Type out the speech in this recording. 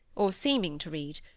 or seeming to read.